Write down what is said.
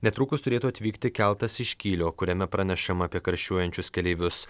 netrukus turėtų atvykti keltas iš kylio kuriame pranešama apie karščiuojančius keleivius